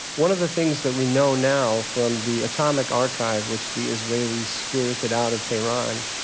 one of the things that we know now from the atomic archive, which the israelis spirited out of tehran,